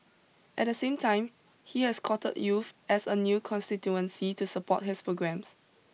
At the same time he has courted youth as a new constituency to support his programmes